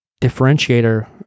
differentiator